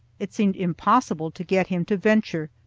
it seemed impossible to get him to venture.